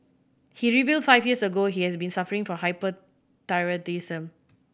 he revealed five years ago he has been suffering from hyperthyroidism